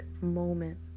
moment